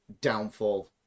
downfall